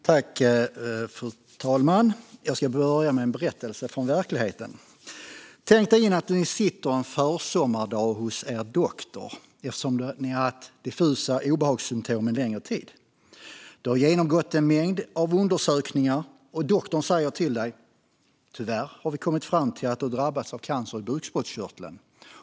Fru talman! Jag ska börja med en berättelse från verkligheten. Tänk dig att du sitter en försommardag hos din doktor, eftersom du har haft diffusa obehagssymtom en längre tid! Du har genomgått en mängd undersökningar, och doktorn säger till dig: Tyvärr har vi kommit fram till att du har drabbats av cancer i bukspottkörteln.